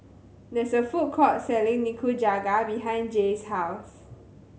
there is a food court selling Nikujaga behind Jaye's house